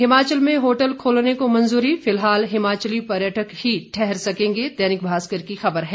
हिमाचल में होटल खोलने को मंजूरी फिलहाल हिमाचली पर्यटक ही ठहर सकेंगे दैनिक भास्कर की खबर है